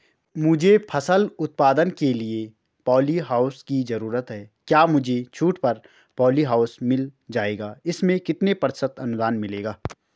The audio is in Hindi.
मुझे फसल उत्पादन के लिए प ॉलीहाउस की जरूरत है क्या मुझे छूट पर पॉलीहाउस मिल जाएगा इसमें कितने प्रतिशत अनुदान मिलेगा?